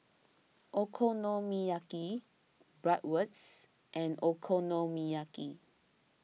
Okonomiyaki Bratwurst and Okonomiyaki